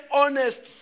honest